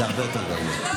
הוא הרבה יותר גרוע.